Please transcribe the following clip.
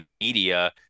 media